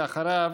ואחריו,